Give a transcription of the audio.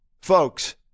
Folks